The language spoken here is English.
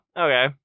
okay